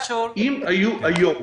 מאוד.